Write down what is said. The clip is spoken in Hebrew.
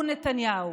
הוא נתניהו.